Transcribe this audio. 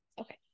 okay